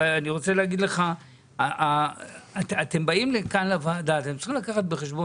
אני רוצה לומר לך שאתם באים לכאן לוועדה ואתם צריכים לקחת בחשבון